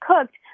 cooked